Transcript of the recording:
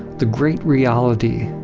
the great reality,